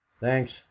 thanks